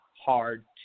hard